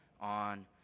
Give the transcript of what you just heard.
on